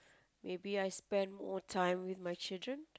maybe I spend more time with my children